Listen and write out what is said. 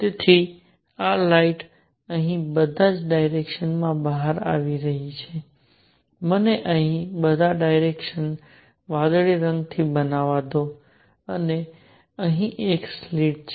તેથી આ લાઇટ અહીં બધા ડાયરેક્શનમાં બહાર આવી રહી છે મને અહીં બધા ડાયરેક્શન વાદળી રંગથી બનાવવા દો અને અહીં એક સ્લિટ છે